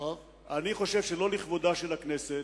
אני חושב שלא לכבודה של הכנסת,